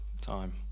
time